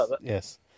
Yes